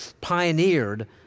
pioneered